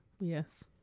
Yes